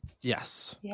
Yes